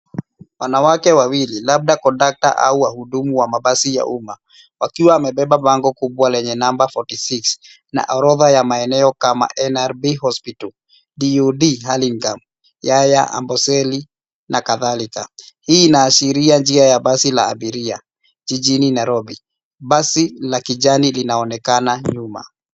Wanawake wawili labda kondakta au wahudumu wa mabasi ya umma wakiwa wamebeba bango kubwa lenye na namba forty six na orodha ya maeneo kama Nrb Hospital, DOD, Hurlingham, Yahya, Amboseli na kadhalika. Hii inaashiria njia la basi la abiria jijini Nairobi. Basi la kijani linaonekana nyuma.